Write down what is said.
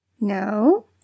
No